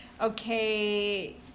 okay